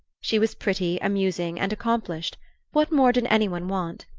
she was pretty, amusing and accomplished what more did any one want?